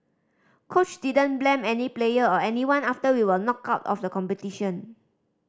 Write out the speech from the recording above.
coach didn't blame any player or anyone after we were knocked out of the competition